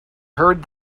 heard